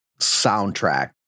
soundtrack